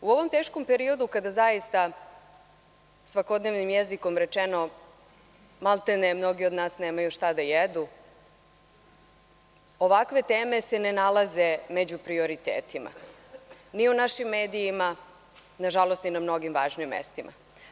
U ovom teškom periodu, kada zaista, svakodnevnim jezikom rečeno, maltene mnogi od nas nemaju šta da jedu, ovakve teme se ne nalaze među prioritetima ni u našim medijima, a nažalost ni na mnogim važnim mestima.